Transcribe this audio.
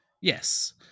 Yes